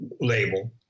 label